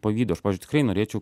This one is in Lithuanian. pavydu aš pavyzdžiui tikrai norėčiau